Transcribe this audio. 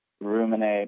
ruminate